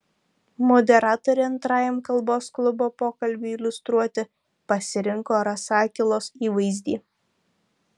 moderatorė antrajam kalbos klubo pokalbiui iliustruoti pasirinko rasakilos įvaizdį